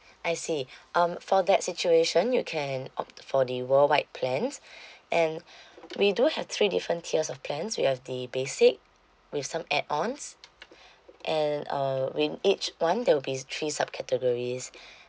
I see um for that situation you can opt for the worldwide plans and we do have three different tiers of plans we have the basic with some add ons and uh in each one there will be three subcategories